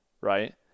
Right